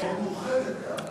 הממשלה מאוד מאוחדת.